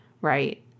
right